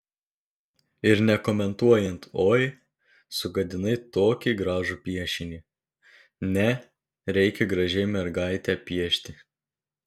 ir nekomentuojant oi sugadinai tokį gražų piešinį ne reikia gražiai mergaitę piešti